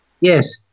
yes